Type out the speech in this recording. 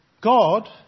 God